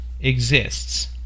exists